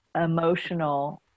emotional